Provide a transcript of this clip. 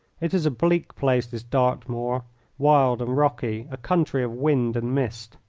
it is a bleak place this dartmoor, wild and rocky a country of wind and mist.